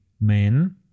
men